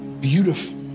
beautiful